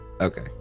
Okay